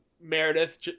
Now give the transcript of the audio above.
Meredith